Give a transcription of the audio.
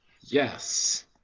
yes